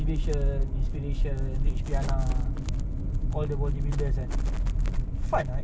I don't know lah ya sometimes aku rasa dia orang macam orang gila but tahu aku duduk dengan berbual kadang aku macam reflect balik macam aku voice sendiri ah like